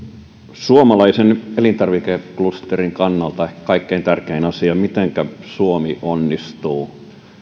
suomalaisen elintarvikeklusterin kannalta on kaikkein tärkein asia mitenkä suomi onnistuu